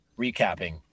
recapping